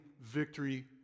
victory